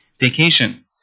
vacation